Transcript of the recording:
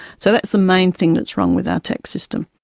so that's the main thing that's wrong with our tax system.